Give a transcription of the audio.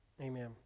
amen